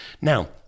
Now